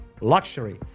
luxury